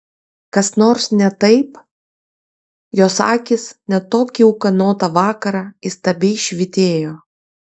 kas nors ne taip jos akys net tokį ūkanotą vakarą įstabiai švytėjo